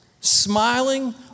smiling